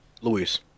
Luis